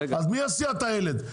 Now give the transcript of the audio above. אז מי יסיע את הילד?